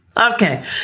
Okay